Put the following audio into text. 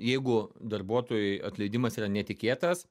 jeigu darbuotojui atleidimas yra netikėtas